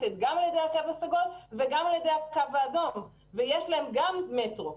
שניתן על ידי הקו הסגול וגם על ידי הקו האדום ובנוסף לכך מטרו.